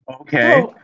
Okay